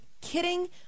kidding